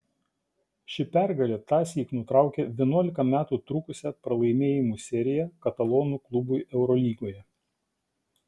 ši pergalė tąsyk nutraukė vienuolika metų trukusią pralaimėjimų seriją katalonų klubui eurolygoje